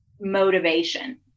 motivation